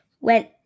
went